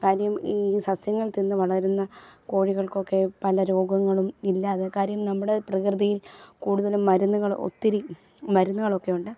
കാര്യം ഈ സസ്യങ്ങൾ തിന്ന് വളരുന്ന കോഴികൾക്കൊക്കെ പല രോഗങ്ങളും ഇല്ലാ അത് കാര്യം നമ്മുടെ പ്രകൃതി കൂടുതലും മരുന്നുകള് ഒത്തിരി മരുന്നുകളൊക്കെയുണ്ട്